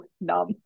numb